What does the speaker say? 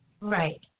Right